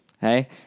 Hey